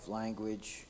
language